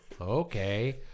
Okay